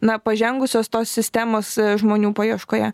na pažengusios tos sistemos žmonių paieškoje